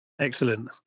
Excellent